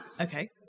Okay